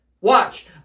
watch